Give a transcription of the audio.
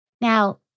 Now